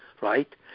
right